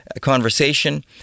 conversation